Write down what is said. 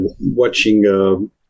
watching